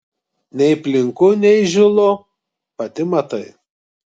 nei plinku nei žylu pati matai